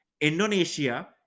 Indonesia